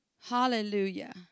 Hallelujah